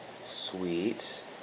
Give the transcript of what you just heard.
sweet